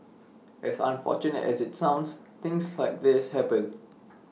as unfortunate as IT sounds things like this happen